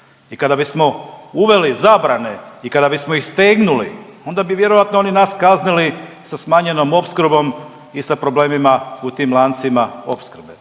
I kada bismo uveli zabrane i kada bismo ih stegnuli onda bi vjerovatno oni nas kaznili sa smanjenom opskrbom i sa problemima u tim lancima opskrbe.